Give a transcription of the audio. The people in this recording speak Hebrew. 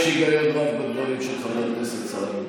יש היגיון רב בדברים של חבר הכנסת סעדי.